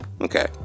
okay